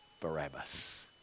Barabbas